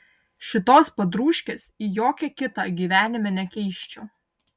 šitos padrūškės į jokią kitą gyvenime nekeisčiau